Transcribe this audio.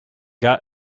got